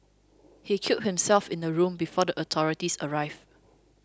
he killed himself in the room before the authorities arrived